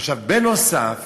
עכשיו, נוסף